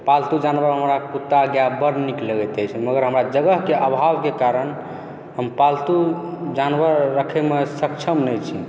पालतू जानवर हमरा कुत्ता गाय बड़ नीक लगैत अछि मगर हमरा जगहके आभावके कारण हम पालतू जानवर राखैमे सक्षम नहि छी